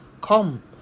come